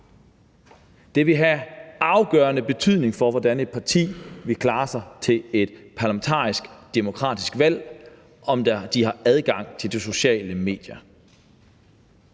Det vil have afgørende betydning for, hvordan et parti vil klare sig til et parlamentarisk, demokratisk valg; om de har adgang til de sociale medier.